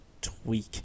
tweak